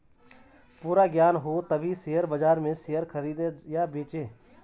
पूरा ज्ञान हो तभी शेयर बाजार में शेयर खरीदे या बेचे